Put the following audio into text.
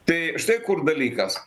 tai štai kur dalykas